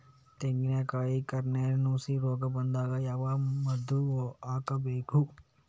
ತೆಂಗಿನ ಕಾಯಿ ಕಾರ್ನೆಲ್ಗೆ ನುಸಿ ರೋಗ ಬಂದಾಗ ಯಾವ ಮದ್ದು ಹಾಕಬೇಕು?